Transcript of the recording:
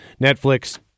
Netflix